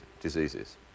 diseases